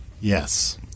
Yes